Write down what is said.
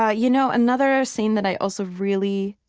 ah you know another scene that i also really,